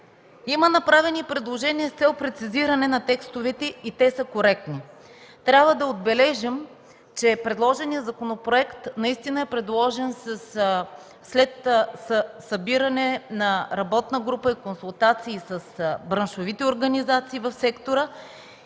Има направени и предложения с цел прецизиране на текстовете и те са коректни. Трябва да отбележим, че предложеният законопроект наистина е предложен след събиране на работна група и консултации с браншовите организации в сектора,